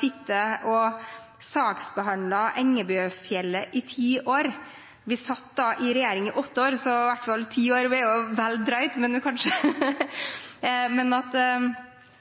sittet og saksbehandlet Engebøfjellet i ti år – vi satt i regjering i åtte år, så ti år er i hvert fall vel drøyt.